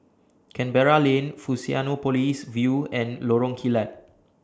Canberra Lane Fusionopolis View and Lorong Kilat